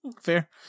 Fair